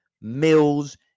Mills